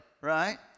right